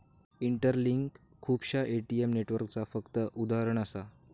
interlink खुपश्या ATM नेटवर्कचा फक्त उदाहरण असा